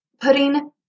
putting